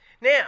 Now